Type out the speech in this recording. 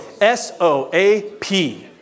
S-O-A-P